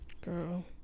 girl